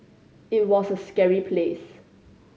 it was a scary place